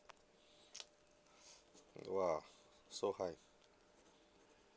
!wah! so high